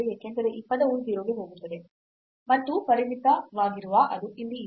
ಏಕೆಂದರೆ ಈ ಪದವು 0 ಕ್ಕೆ ಹೋಗುತ್ತದೆ ಮತ್ತು ಪರಿಮಿತವಾಗಿರುವ ಅದು ಇಲ್ಲಿ ಇದೆ